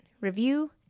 review